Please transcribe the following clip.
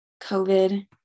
COVID